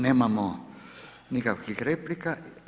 Nemamo nikakvih replika.